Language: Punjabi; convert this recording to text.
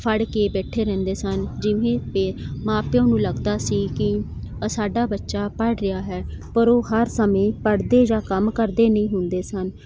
ਫੜ ਕੇ ਬੈਠੇ ਰਹਿੰਦੇ ਸਨ ਜਿਵੇਂ ਫਿਰ ਮਾਂ ਪਿਓ ਨੂੰ ਲੱਗਦਾ ਸੀ ਕਿ ਸਾਡਾ ਬੱਚਾ ਪੜ੍ਹ ਰਿਹਾ ਹੈ ਪਰ ਉਹ ਹਰ ਸਮੇਂ ਪੜ੍ਹਦੇ ਜਾਂ ਕੰਮ ਕਰਦੇ ਨਹੀਂ ਹੁੰਦੇ ਸਨ